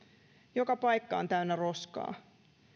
joka paikka on täynnä roskaa